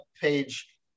page